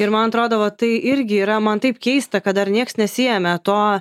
ir man atrodo va tai irgi yra man taip keista kad dar nieks nesiėmė to